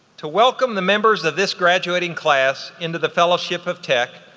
to welcome the members of this graduating class into the fellowship of tech,